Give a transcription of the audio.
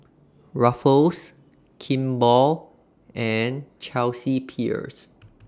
Ruffles Kimball and Chelsea Peers